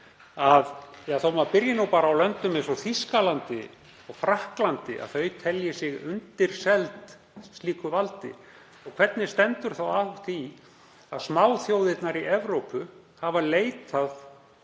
að maður byrji nú bara á löndum eins og Þýskalandi og Frakklandi, að þau telji sig undirseld slíku valdi? Hvernig stendur þá á því að smáþjóðirnar í Evrópu hafa leitað